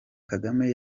kagame